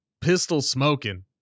pistol-smoking